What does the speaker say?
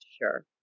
Sure